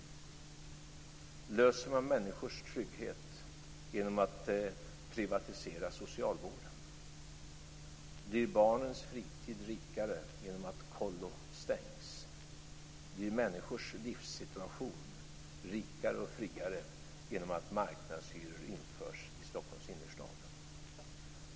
Löser man problemen med människors trygghet genom att privatisera socialvården? Blir barnens fritid rikare genom att kollo stängs? Blir människors livssituation rikare och friare genom att marknadshyror införs i Stockholms innerstad?